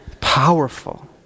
powerful